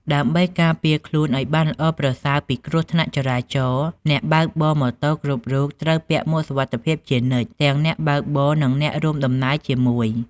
ដើម្បីការពារខ្លួនឱ្យបានល្អប្រសើរពីគ្រោះថ្នាក់ចរាចរណ៍ អ្នកបើកម៉ូតូគ្រប់រូបត្រូវពាក់មួកសុវត្ថិភាពជានិច្ច ទាំងអ្នកបើកបរនិងអ្នករួមដំណើរជាមួយ។